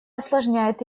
осложняет